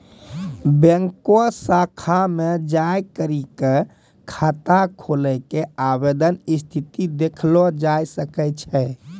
बैंको शाखा मे जाय करी क खाता खोलै के आवेदन स्थिति देखलो जाय सकै छै